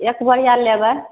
एक बोरिया लेबै